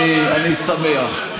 אני שמח.